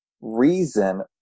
reason